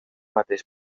mateix